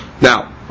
Now